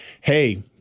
hey